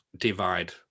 divide